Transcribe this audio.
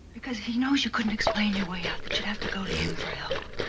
because he knows you couldn't explain your way out, that you'd have to go to him for help.